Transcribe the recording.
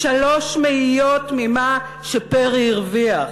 3 מאיות ממה שפרי הרוויח.